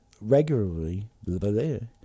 regularly